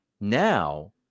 Now